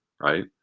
right